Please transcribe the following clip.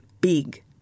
big